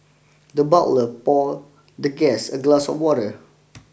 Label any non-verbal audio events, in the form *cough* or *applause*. the butler pour the guest a glass of water *noise*